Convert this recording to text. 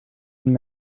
one